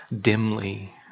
dimly